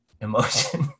emotion